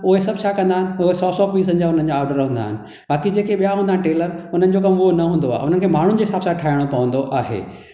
उहे सभु छा कन्दा आहिनि उहे सौ सौ पीसनि जा हुननि जा ऑर्डर हूंदा आहिनि बाक़ी जेके ॿिया हूंदा आहिनि टेलर उन्हनि जो कम उहो न हूंदो आहे उन्हनि खे माण्हुनि जे हिसाब सां ठाहिणो पवंदो आहे